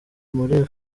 muri